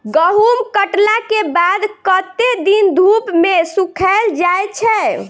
गहूम कटला केँ बाद कत्ते दिन धूप मे सूखैल जाय छै?